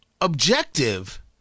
objective